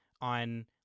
on